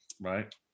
Right